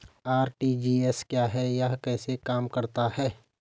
RTGS क्या है यह कैसे काम करता है?